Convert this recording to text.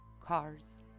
Cars